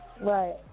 Right